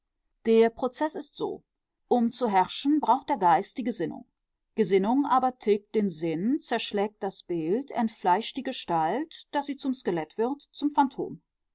der prozeß ist so um zu herrschen braucht der geist die gesinnung gesinnung aber tilgt den sinn zerschlägt das bild entfleischt die gestalt daß sie zum skelett wird zum phantom